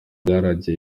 byarangiye